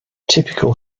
typical